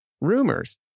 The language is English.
rumors